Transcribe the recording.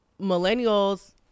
millennials